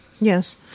Yes